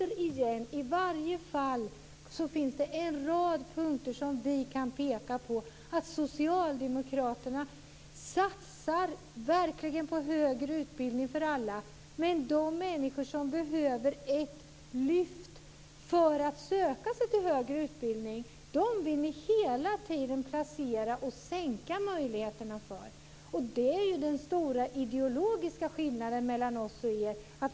I varje fall finns det en rad punkter vi kan peka på där socialdemokraterna satsar på högre utbildning för alla. Men de människor som behöver ett lyft för att söka sig till högre utbildning vill ni hela tiden placera och försämra möjligheterna för. Det är den stora ideologiska skillnaden mellan oss och er.